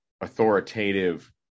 authoritative